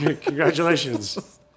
congratulations